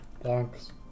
Thanks